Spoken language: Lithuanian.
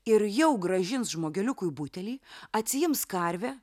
ir jau grąžins žmogeliukui butelį atsiims karvę